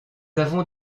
avons